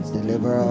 Deliver